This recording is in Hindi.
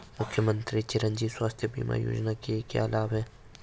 मुख्यमंत्री चिरंजी स्वास्थ्य बीमा योजना के क्या लाभ हैं?